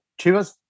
Chivas